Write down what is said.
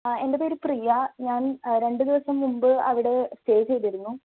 അ എൻ്റെ പേര് പ്രിയ ഞാൻ രണ്ട് ദിവസം മുമ്പ് അവിടെ സ്റ്റേ ചെയ്തിരുന്നു